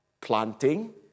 planting